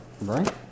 Right